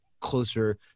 closer